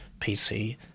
PC